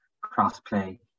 cross-play